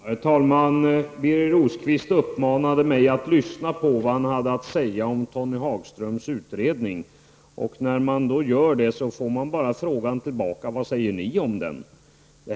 Herr talman! Birger Rosqvist uppmanade mig att lyssna på vad han hade att säga om Tony Hagströms utredning. När jag då lyssnar, får jag frågan tillbaka: Vad säger ni om utredningen?